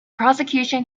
prosecution